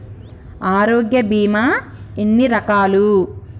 ఆరోగ్య బీమా ఎన్ని రకాలు?